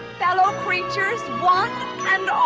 fellow creatures, one and